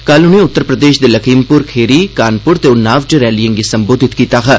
कल उनें उत्तर प्रदेश दे लखीमपुर खेरी कानपुर ते उन्नाव च रैलिए गी संबोधित कीता हा